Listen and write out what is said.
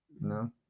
no